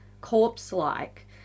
corpse-like